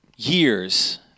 years